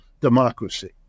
democracy